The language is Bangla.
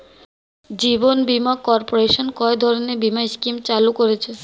জীবন বীমা কর্পোরেশন কয় ধরনের বীমা স্কিম চালু করেছে?